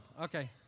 Okay